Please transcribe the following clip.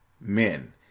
Men